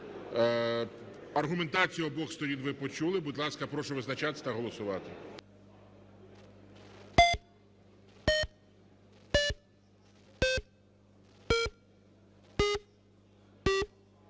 Аргументацію обох сторін ви почули. Будь ласка, прошу визначатися та голосувати.